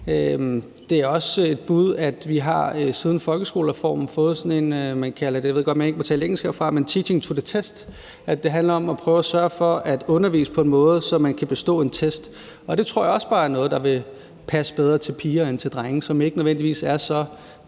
om jeg godt ved, at man ikke må tale engelsk herfra – hvor det handler om at prøve at sørge for at undervise på en måde, så man kan bestå en test. Og det tror jeg også bare er noget, der vil passe bedre til piger end til drenge, som ikke nødvendigvis er så